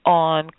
on